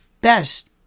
best